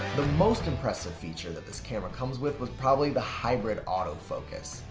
the most impressive feature that this camera comes with was probably the hybrid autofocus.